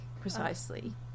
Precisely